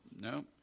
no